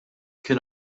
kien